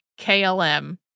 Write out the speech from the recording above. KLM